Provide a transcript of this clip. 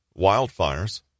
wildfires